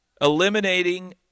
Eliminating